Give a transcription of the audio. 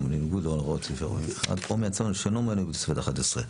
נאות בניגוד להוראות סעיף או מייצר מזון שאינו מנוי בתוספת האחת עשרה.